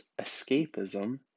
escapism